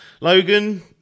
Logan